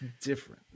different